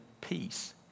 peace